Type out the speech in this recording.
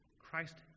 Christ